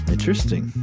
Interesting